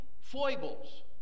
foibles